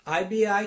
IBI